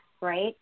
right